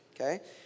Okay